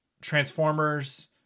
Transformers